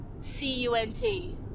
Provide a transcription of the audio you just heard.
C-U-N-T